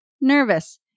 nervous